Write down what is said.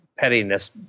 Pettiness